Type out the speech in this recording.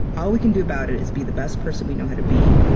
all we can do about it is be the best person we know how to be.